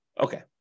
Okay